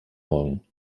morgen